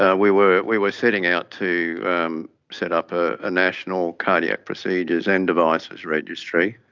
ah we were we were setting out to um set up a national cardiac procedures and devices registry.